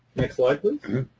next slide, please.